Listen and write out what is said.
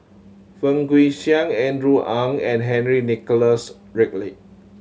Fang Guixiang Andrew Ang and Henry Nicholas Ridley